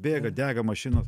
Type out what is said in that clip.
bėga dega mašinos